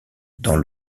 dans